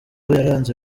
yaranze